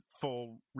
full